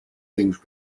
things